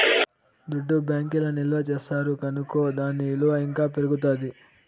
దుడ్డు బ్యాంకీల్ల నిల్వ చేస్తారు కనుకో దాని ఇలువ ఇంకా పెరుగుతాది